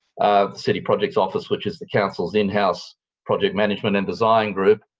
the city projects office, which is the council's inhouse project management and design group,